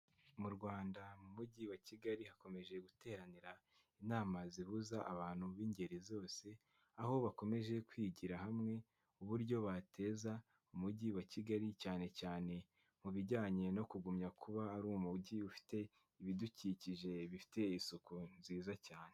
Mu Rwanda mu mujyi wa Kigali hakomeje guteranira inama zihuza abantu b'ingeri zose, aho bakomeje kwigira hamwe uburyo bateza umujyi wa Kigali cyane cyane mu bijyanye no kugumya kuba ari umujyi ufite ibidukikije bifite isuku nziza cyane.